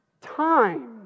time